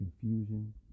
confusion